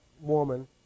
woman